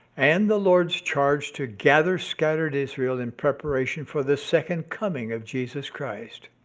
and the lord's charge to gather scattered israel in preparation for the second coming of jesus christ,